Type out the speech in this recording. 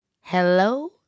hello